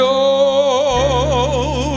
old